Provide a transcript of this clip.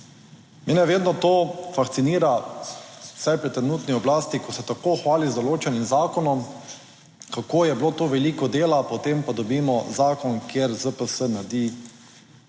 Mene vedno to fascinira, vsaj pri trenutni oblasti, ko se tako hvali z določenim zakonom, kako je bilo to veliko dela, potem pa dobimo zakon, kjer ZPS naredi